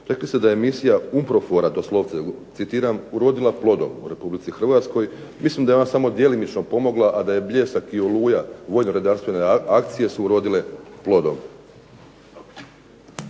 rekli ste da je misija UNPROFOR-a citiram "urodila plodom" u Republici Hrvatskoj. Mislim da je ona samo djelimično pomogla, a da je "Bljesak" i "Oluja" vojno-redarstvene akcije su urodile plodom.